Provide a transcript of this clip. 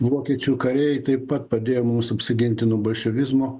vokiečių kariai taip pat padėjo mums apsiginti nuo bolševizmo